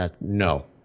No